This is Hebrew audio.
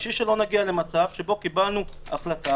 כדי שלא נגיע למצב שבו קיבלנו החלטה